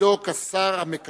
בתפקידו כשר המקשר.